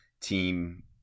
team